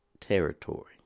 territory